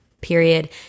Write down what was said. period